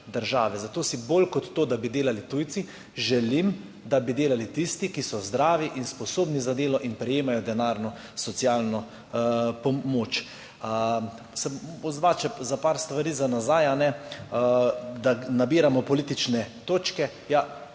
države. Zato si bolj kot to, da bi delali tujci, želim, da bi delali tisti, ki so zdravi in sposobni za delo in prejemajo denarno socialno pomoč. Odzval se bom še na nekaj stvari za nazaj. Da nabiramo politične točke.